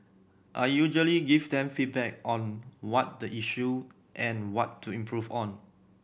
I usually give them feedback on what the issue and what to improve on